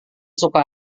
suka